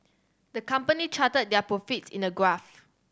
the company charted their profits in a graph